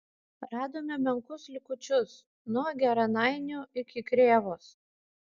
radome menkus likučius nuo geranainių iki krėvos